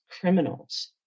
criminals